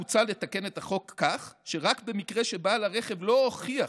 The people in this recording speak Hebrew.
מוצע לתקן את החוק כך שרק במקרה שבעל הרכב לא הוכיח